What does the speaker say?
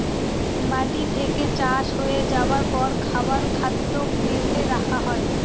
মাটি থেকে চাষ হয়ে যাবার পর খাবার খাদ্য কার্টে রাখা হয়